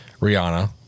Rihanna